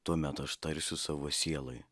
tuomet aš tarsiu savo sielai